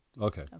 Okay